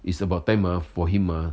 is about time uh for him ah